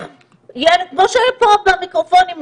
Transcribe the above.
כמו פה במיקרופונים,